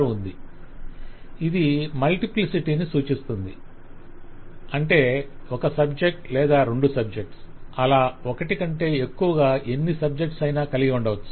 ఉంది ఇది మల్టిప్లిసిటీ ని సూచిస్తుంది అంటే ఒక సబ్జెక్టు లేదా రెండు సుబ్జెక్ట్స్ అలా ఒకటి కంటే ఎక్కువగా ఎన్ని సుబ్జెక్ట్స్ అయిన కలిగి ఉండవచ్చు